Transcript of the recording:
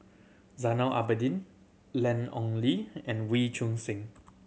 Zainal Abidin Ian Ong Li and Wee Choon Seng